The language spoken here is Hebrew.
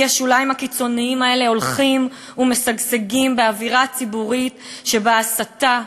כי השוליים הקיצוניים האלה הולכים ומשגשגים באווירה ציבורית שבה הסתה,